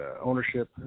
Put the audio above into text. ownership